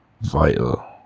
vital